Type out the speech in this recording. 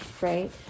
right